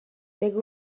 بگو